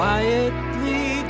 Quietly